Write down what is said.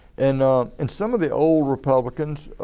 and and some of the old republicans